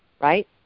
right